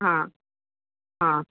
ആ ആ